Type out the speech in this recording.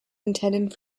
intended